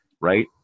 Right